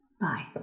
Bye